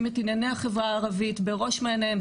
את ענייני החברה הערבית בראש מעייניהם.